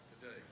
today